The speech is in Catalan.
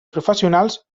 professionals